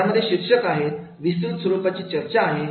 यामध्ये शीर्षक आहे विस्तृत स्वरूपाची चर्चा आहे